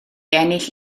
ennill